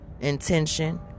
intention